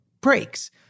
breaks